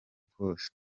kose